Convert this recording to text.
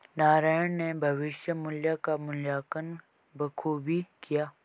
नारायण ने भविष्य मुल्य का मूल्यांकन बखूबी किया